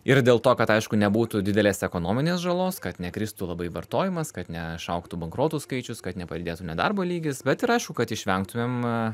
ir dėl to kad aišku nebūtų didelės ekonominės žalos kad nekristų labai vartojimas kad ne išaugtų bankrotų skaičius kad nepadidėtų nedarbo lygis bet ir aišku kad išvengtumėm